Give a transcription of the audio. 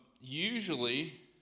usually